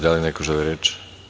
Da li neko želi reč?